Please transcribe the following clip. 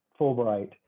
Fulbright